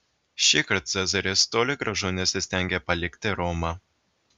šįkart cezaris toli gražu nesistengė palikti romą